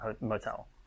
motel